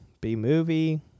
B-movie